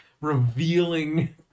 revealing